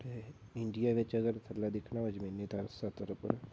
ते इंडिया बिच अगर थल्लै दिक्खना होऐ जमीनी सतह् उप्पर